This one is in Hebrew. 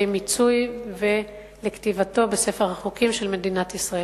מיצוי ולכתיבה בספר החוקים של מדינת ישראל.